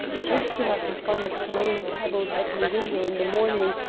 just to have the fun of throwing pebbles at her window in the morning,